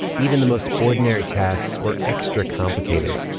even the most ordinary tasks were extra-complicated,